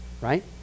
right